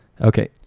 Okay